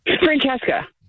Francesca